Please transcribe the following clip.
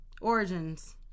origins